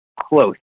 close